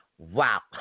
Wow